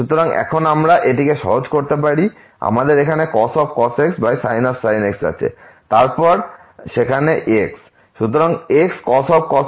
সুতরাং এখন আমরা এটিকে সহজ করতে পারি আমাদের এখানে cos x sin x আছে এবং তারপর সেখানে x